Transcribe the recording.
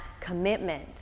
commitment